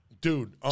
Dude